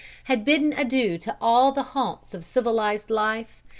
had bidden adieu to all the haunts of civilized life,